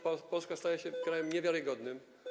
Polska staje się krajem niewiarygodnym.